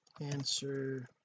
answer